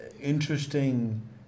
interesting